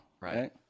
Right